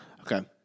Okay